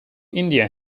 india